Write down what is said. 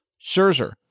Scherzer